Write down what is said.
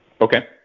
Okay